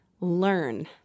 learn